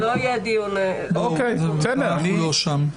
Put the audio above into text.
לא, אנחנו לא שם.